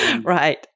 Right